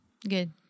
Good